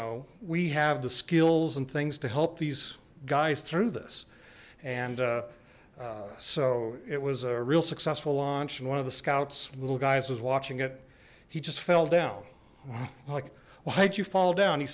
know we have the skills and things to help these guys through this and so it was a real successful launch and one of scout's little guys was watching it he just fell down like well height you fall down he